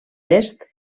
est